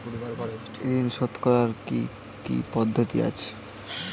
ঋন শোধ করার কি কি পদ্ধতি আছে?